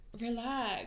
relax